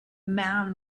man